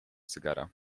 cygara